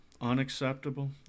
Unacceptable